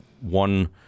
one